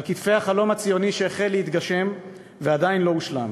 על כתפי החלום הציוני שהחל להתגשם ועדיין לא הושלם.